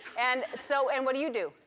and so and what do you do?